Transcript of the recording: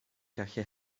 gallu